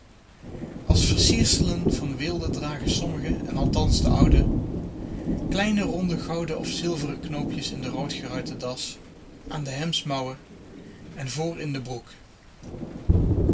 als versierselen van weelde dragen sommige en althans de oude kleine ronde gouden of zilveren knoopjes in de roodgeruite das aan de hemdsmouwen en vr in de broek